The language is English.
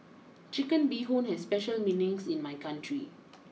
Chicken Bee Hoon has special meanings in my country